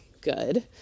good